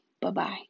Bye-bye